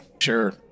sure